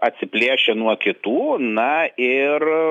atsiplėšę nuo kitų na ir